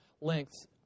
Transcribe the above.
lengths